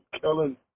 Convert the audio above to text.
Killing